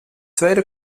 tweede